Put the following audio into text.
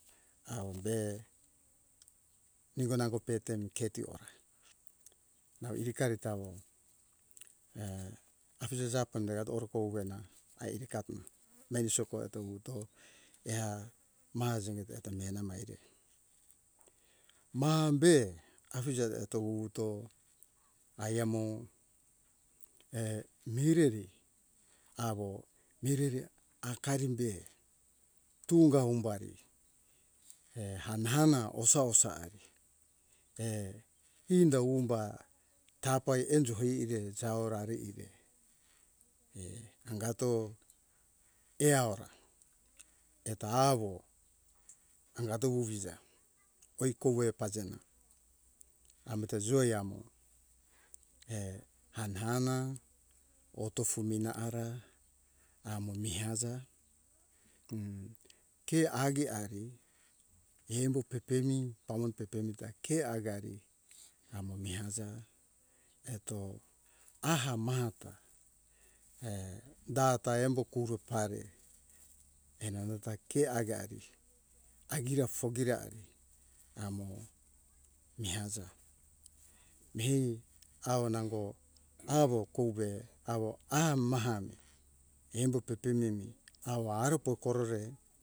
Awo be ningo nango petemi ketu ora nau irikari tawo afije jape de ato oro kove na ai irikatona meni sokowa eto wuto eha mazimi beto mihena maije maham be afije eto wuwuto aemo mireri awo mireri hakarim be tunga umbari hana hana osa osai tinda umba tapa enjo hire e jawo rare ire hangato eauora eta awo angato wuwiza oi kove pajena ameta zoe amo err hana hana otofu mina hara amo mi haza m ke agi ari embo pepemi pamon ta pepemi ta ke agari amomi aza eto aha maha ta err data embo kuro pare enanga ta ke agari agira fogira amo mi aza mi awo nango awo kove awo aha maha mi embo pepememi awo aru pokorore